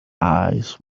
eyes